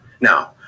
Now